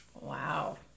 Wow